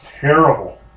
terrible